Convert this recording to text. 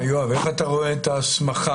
יואב, איך אתה רואה את ההסמכה?